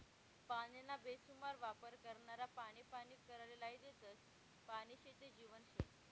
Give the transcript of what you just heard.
पानीना बेसुमार वापर करनारा पानी पानी कराले लायी देतस, पानी शे ते जीवन शे